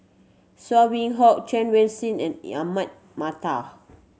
Saw Hock Chen Wen Hsi and Ahmad Mattar